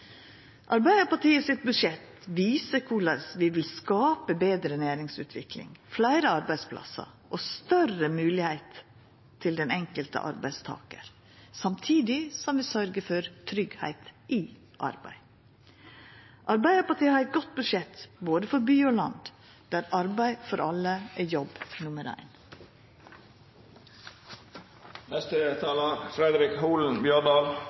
Arbeidarpartiet sitt budsjett viser korleis vi vil skapa betre næringsutvikling, fleire arbeidsplassar og større moglegheiter til den enkelte arbeidstakar, samtidig som vi sørgjer for tryggleik i arbeid. Arbeidarpartiet har eit godt budsjett for både by og land, der arbeid for alle er jobb nummer